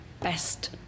best